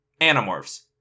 Animorphs